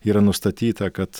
yra nustatyta kad